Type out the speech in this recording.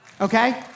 okay